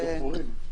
מי נגד?